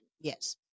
Yes